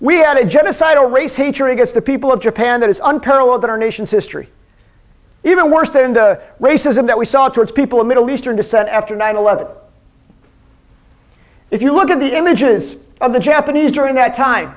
we had a genocidal race hatred against the people of japan that is unparalleled in our nation's history even worse than the racism that we saw towards people of middle eastern descent after nine eleven if you look at the images of the japanese during that time